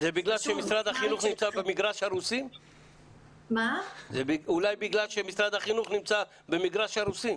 זה קשור ל- -- אולי זה בגלל שמשרד החינוך נמצא במגרש הרוסים...